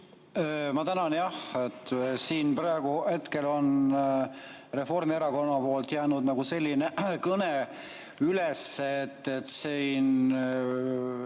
Ma tänan! Jah, siin praegu hetkel on Reformierakonna poolt jäänud selline kõne üles, et siin